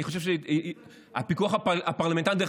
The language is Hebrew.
אני חושב שהפיקוח הפרלמנטרי,